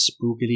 spookily